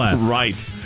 Right